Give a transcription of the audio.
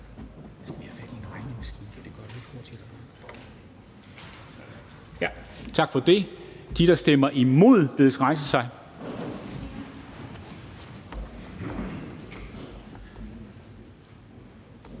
Tak for det. De, der stemmer imod, bedes rejse sig.